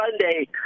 Sunday